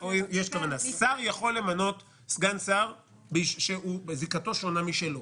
שר יכול למנות סגן שר שזיקתו שונה משלו.